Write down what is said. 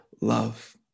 love